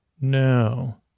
No